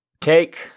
Take